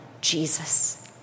Jesus